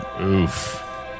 Oof